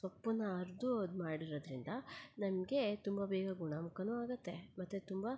ಸೊಪ್ಪನ್ನ ಅರೆದು ಅದು ಮಾಡಿರೋದ್ರಿಂದ ನನಗೆ ತುಂಬ ಬೇಗ ಗುಣಮುಖನೂ ಆಗತ್ತೆ ಮತ್ತು ತುಂಬಾ